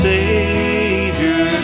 Savior